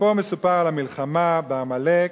ופה מסופר על המלחמה בעמלק,